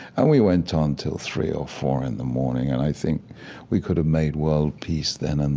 and we went on until three or four in the morning, and i think we could have made world peace then and